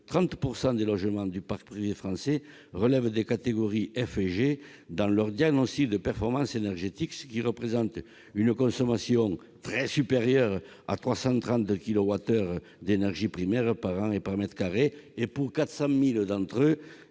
30 % des logements du parc privé français relèvent des catégories F et G de leur diagnostic de performance énergétique, ce qui représente une consommation très supérieure à 330 kilowattheures d'énergie primaire par an et par mètre carré ; pour 400 000 d'entre eux,